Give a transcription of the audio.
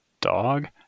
dog